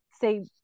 say